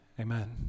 Amen